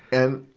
and,